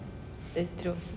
that's true